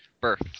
Birth